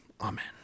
amen